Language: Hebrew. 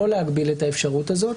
לא להגביל את האפשרות הזאת.